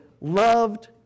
loved